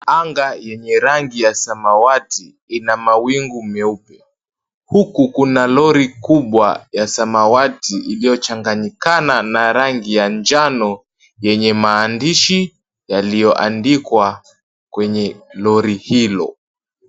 Anga yenye rangi ya samawati, ina mawingu meupe. Huku kuna lori kubwa ya samawati, iliyo changanyikana na rangi ya njano, yenye maandishi yaliyoandikwa kwenye lori hilo.